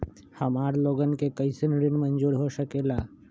हमार लोगन के कइसन ऋण मंजूर हो सकेला?